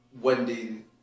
Wendy